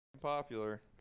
popular